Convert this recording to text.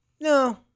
No